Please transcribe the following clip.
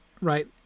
Right